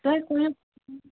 تۄہہِ